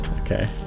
Okay